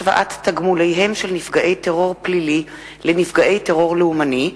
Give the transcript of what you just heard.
הצעת חוק השוואת תגמוליהם של נפגעי טרור פלילי לנפגעי טרור לאומני,